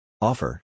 Offer